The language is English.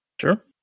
Sure